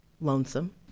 lonesome